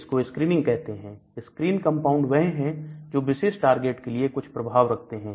इसको स्क्रीनिंग कहते हैं स्क्रीन कंपाउंड वह है जो विशेष टारगेट के लिए कुछ प्रभाव रखते हैं